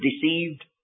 deceived